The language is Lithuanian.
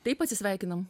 taip atsisveikinam